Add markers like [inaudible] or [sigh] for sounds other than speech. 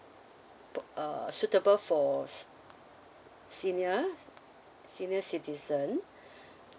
uh suitable for se~ senior senior citizen [breath]